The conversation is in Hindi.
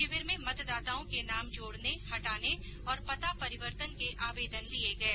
शिविर में मतदाताओं के नाम जोडने हटाने और पता परिवर्तन के आवेदन लिये गये